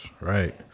right